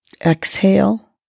exhale